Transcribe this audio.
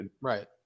Right